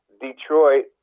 Detroit